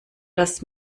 dass